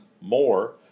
more